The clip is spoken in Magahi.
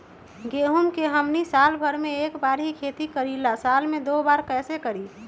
गेंहू के हमनी साल भर मे एक बार ही खेती करीला साल में दो बार कैसे करी?